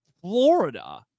Florida